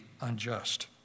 unjust